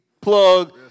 plug